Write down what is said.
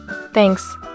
Thanks